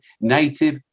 native